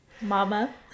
Mama